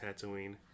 Tatooine